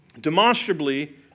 demonstrably